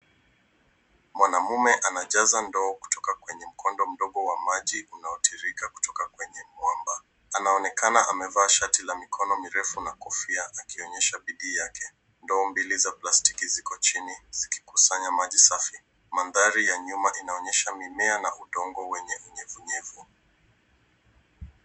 Mwanamume anajaza ndoo kutoka kwenye mkondo mdogo wa maji unaotiririka kutoka kwenye mwamba. Anaonekana amevaa shati la mikono mirefu na kofia akionyesha bidii yake. Ndoo mbili za plastiki ziko chini zikikusanya maji safi. Mandhari ya nyuma inaonyesha mimea na udongo wenye unyevunyevu.